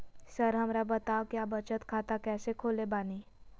Sir हमरा बताओ क्या बचत खाता कैसे खोले बानी?